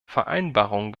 vereinbarungen